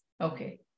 Okay